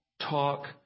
talk